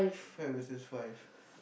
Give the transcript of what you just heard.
five versus five